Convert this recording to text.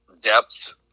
depth